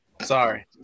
Sorry